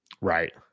Right